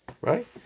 right